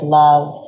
love